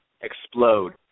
explode